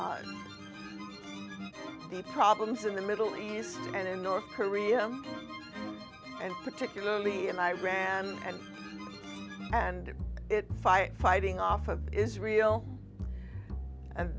but the problems in the middle east and in north korea and particularly in iran and and fire fighting off of is real